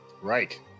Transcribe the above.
Right